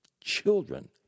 Children